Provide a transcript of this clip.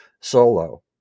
solo